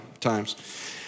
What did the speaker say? times